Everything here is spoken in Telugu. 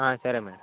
సరే మేడమ్